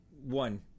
one